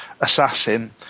assassin